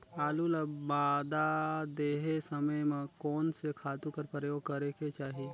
आलू ल मादा देहे समय म कोन से खातु कर प्रयोग करेके चाही?